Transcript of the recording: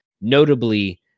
notably